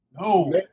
No